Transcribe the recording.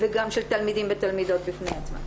וגם של תלמידים ותלמידות בפני עצמם.